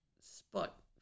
spot